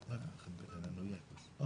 קודם כל אני מצטרף לתודות על החשיבות של השיח הזה.